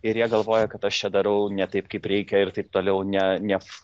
ir jie galvoja kad aš čia darau ne taip kaip reikia ir taip toliau ne nes